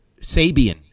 Sabian